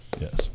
Yes